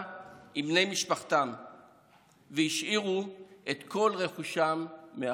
עם בני משפחתם והשאירו את כל רכושם מאחור.